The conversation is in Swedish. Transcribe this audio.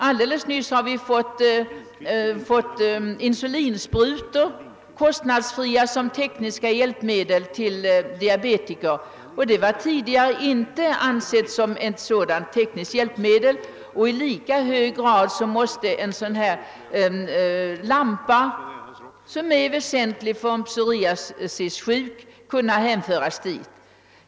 Alldeles nyss har vi fått genomfört att insulinsprutor blivit kostnadsfria som tekniska hjälpmedel åt diabetiker. De har tidigare inte ansetts som tekniska hjälpmedel. I lika hög grad måste en sådan här lampa, som är väsentlig för en psoriasissjuk, kunna hänföras till gruppen tekniska hjälpmedel.